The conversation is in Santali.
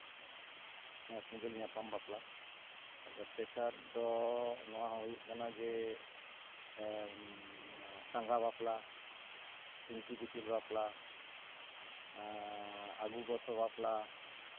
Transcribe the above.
ᱠᱚᱸᱰᱮᱞ ᱧᱟᱯᱟᱢ ᱵᱟᱯᱞᱟ ᱟᱪᱪᱷᱟ ᱛᱮᱥᱟᱨ ᱫᱚ ᱱᱚᱣᱟ ᱦᱚᱸ ᱦᱩᱭᱩᱜ ᱠᱟᱱᱟ ᱡᱮ ᱥᱟᱸᱜᱷᱟ ᱵᱟᱯᱞᱟ ᱴᱩᱝᱠᱤ ᱫᱤᱯᱤᱞ ᱵᱟᱯᱞᱟ ᱟᱹᱜᱩ ᱜᱚᱥᱚ ᱵᱟᱯᱞᱟ